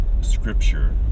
Scripture